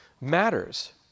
matters